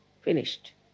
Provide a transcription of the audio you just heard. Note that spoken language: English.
Finished